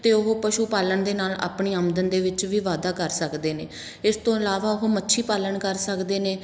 ਅਤੇ ਉਹ ਪਸ਼ੂ ਪਾਲਣ ਦੇ ਨਾਲ ਆਪਣੀ ਆਮਦਨ ਦੇ ਵਿੱਚ ਵੀ ਵਾਧਾ ਕਰ ਸਕਦੇ ਨੇ ਇਸ ਤੋਂ ਇਲਾਵਾ ਉਹ ਮੱਛੀ ਪਾਲਣ ਕਰ ਸਕਦੇ ਨੇ